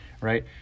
right